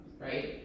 right